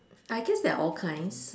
I guess there are all kinds